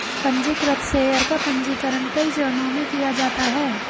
पन्जीकृत शेयर का पन्जीकरण कई चरणों में किया जाता है